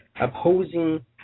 opposing